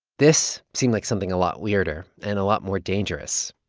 this seemed like something a lot weirder and a lot more dangerous.